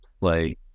play